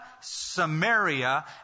Samaria